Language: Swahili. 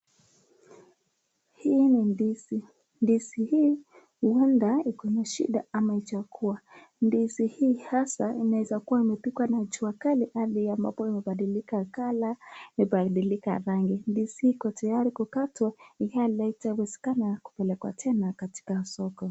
Hii ni ndizi. Ndizi hii huenda iko na shida ama haijakua. Ndizi hii haswa inaweza kuwa imepigwa na jua kali hadi ambapo imebadilika colour imebadilika rangi. Ndizi hii iko tayari kukatwa ilhali haitawezekana kupelekwa tena katika soko.